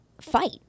fight